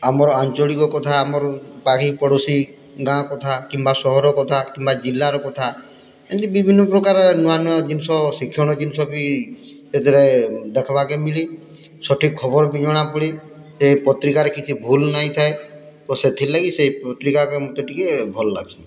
ଆମର୍ ଆଞ୍ଚଳିକ କଥା ଆମର ସାହି ପଡ଼ୋଶି ଗାଁ କଥା କିମ୍ବା ସହର କଥା କିମ୍ବା ଜିଲ୍ଲାର କଥା ଏମିତି ବିଭିନ୍ନପ୍ରକାର ନୂଆ ନୂଆ ଜିନିଷ ଶିକ୍ଷଣୀୟ ଜିନିଷ ବି ସେଥିରେ ଦେଖ୍ବାକେ ମିଳେ ସଠିକ୍ ଖବର୍ ବି ଜଣାପଡ଼େ ସେ ପତ୍ରିକାରେ କିଛି ଭୁଲ୍ ନାଇଁ ଥାଏ ଓ ସେଥିର୍ଲାଗି ସେ ପତ୍ରିକାକେ ମୋତେ ଟିକେ ଭଲ୍ ଲାଗ୍ସି